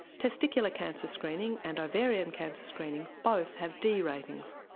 testicular cancer screening and ovarian cancer screening both have d ratings.